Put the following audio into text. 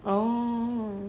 oh